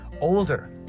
older